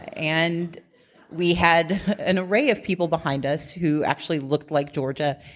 and we had an array of people behind us who actually looked like georgia,